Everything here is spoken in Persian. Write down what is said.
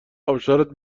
آبشارت